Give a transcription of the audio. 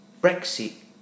Brexit